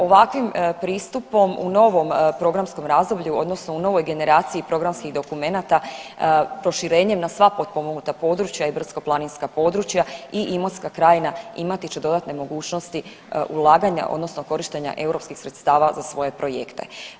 Ovakvim pristupom u novom programskom razdoblju odnosno u novoj generaciji programskih dokumenata proširenjem na sva potpomognuta područja i brdsko-planinska područja i Imotska krajina imati će dodatne mogućnosti ulaganja odnosno korištenja europskih sredstava za svoje projekte.